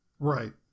Right